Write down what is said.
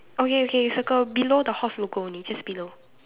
okay okay you circle below the horse logo only just below